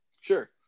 Sure